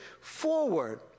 forward